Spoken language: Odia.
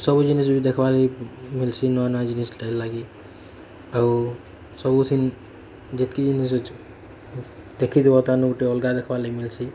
ସବୁ ଜିନିଷ୍ ବି ଦେଖବାର୍ ମିଲସି୍ ନୂଆ ନୂଆ ଜିନିଷ୍ ଟା ଲାଗି ଆଉ ସବୁ ସେଇ ଯେତିକି ଜିନିଷ୍ ଅଛି ଦେଖି ଥିବ ତାନୁ ଗୁଟେ ଅଲଗା ଦେଖ୍ବାର୍ ଲାଗି ମିଲ୍ସି